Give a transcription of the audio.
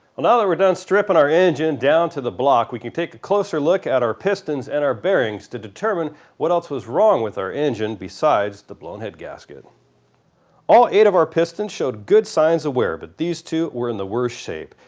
and we're done stripping our engine down to the block, we can take a closer look at our pistons and our bearings to determine what else was wrong with our engine besides the blown head gasket all eight of our piston showed good signs of wear, but these two were in the worse shape,